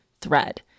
THREAD